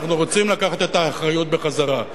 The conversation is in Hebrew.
אנחנו רוצים לקחת את האחריות בחזרה,